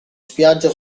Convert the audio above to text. spiaggia